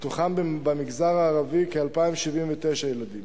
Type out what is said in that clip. מתוכם במגזר הערבי כ-2,079 ילדים.